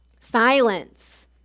silence